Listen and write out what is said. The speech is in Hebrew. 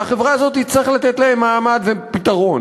והחברה הזאת תצטרך לתת להם מעמד ופתרון.